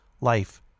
life